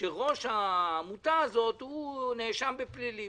שראש העמותה הזאת נאשם בפלילים